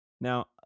Now